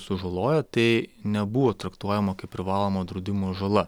sužalojo tai nebuvo traktuojama kaip privalomo draudimo žala